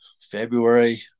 february